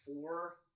Four